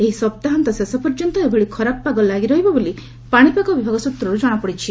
ଏହି ସପ୍ତାହାନ୍ତ ଶେଷ ପର୍ଯ୍ୟନ୍ତ ଏଭଳି ଖରାପ ପାଗ ଲାଗି ରହିବ ବୋଲି ପାଣିପାଗ ବିଭାଗ ସୂତ୍ରରୁ ଜଣାପଡ଼ିଛି